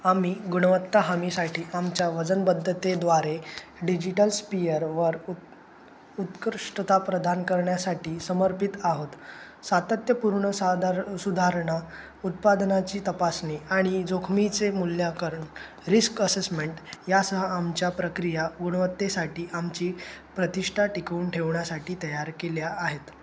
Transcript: आम्ही गुणवत्ता हमीसाठी आमच्या वचनबद्धतेद्वारे डिजिटल स्पीयरवर उ उत्कृष्टता प्रदान करण्यासाठी समर्पित आहोत सातत्यपूर्ण सादर सुधारणा उत्पादनाची तपासणी आणि जोखमीचे मूल्यांकन रिस्क असेसमेंट यासह आमच्या प्रक्रिया गुणवत्तेसाठी आमची प्रतिष्ठा टिकवून ठेवण्यासाठी तयार केल्या आहेत